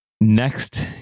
next